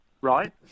right